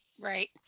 Right